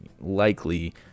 likely